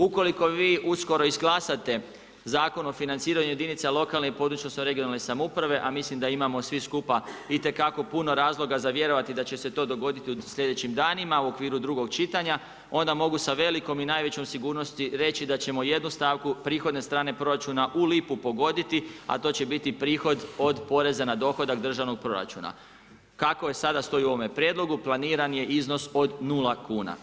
Ukoliko vi uskoro izglasate Zakon o financiranju jedinice lokalne (regionalne) i područne samouprave, a mislim da imamo svi skupa itekako puno razloga za vjerovati da će se to dogoditi u sljedećim danima u okviru drugog čitanja onda mogu sa velikom i najvećom sigurnosti reći da ćemo jednu stavku prihodne strane proračuna u lipu pogoditi, a to će biti prihod od poreza na dohodak državnog proračuna, kako je sada stoji u ovom prijedlogu planiran je iznos od nula kuna.